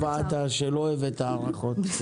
אני מקווה שלא הבאת הארכות.